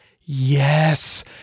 yes